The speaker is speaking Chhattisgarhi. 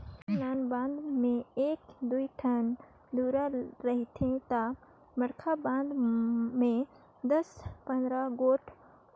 नान नान बांध में एक दुई ठन दुरा रहथे ता बड़खा बांध में दस पंदरा गोट